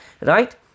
right